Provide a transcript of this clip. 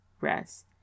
rest